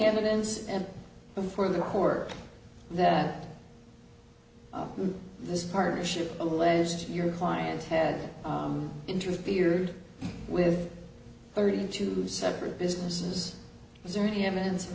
evidence and before the court that this partnership alleges your client had interfered with thirty two separate businesses is there any evidence